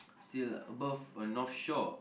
still above a North Shore